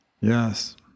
Yes